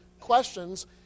questions